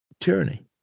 tyranny